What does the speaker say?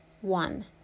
one